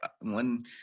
one